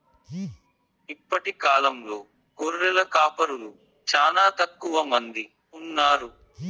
ఇప్పటి కాలంలో గొర్రెల కాపరులు చానా తక్కువ మంది ఉన్నారు